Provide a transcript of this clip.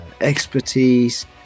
expertise